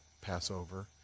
Passover